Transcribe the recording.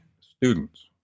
students